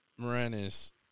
moranis